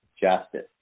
justice